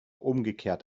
umgekehrt